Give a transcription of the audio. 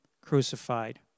crucified